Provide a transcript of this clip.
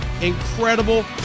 incredible